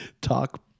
talk